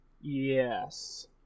Yes